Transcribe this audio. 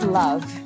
love